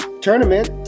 tournament